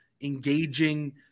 engaging